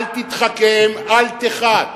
אל תתחכם, אל תיחת.